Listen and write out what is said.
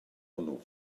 hwnnw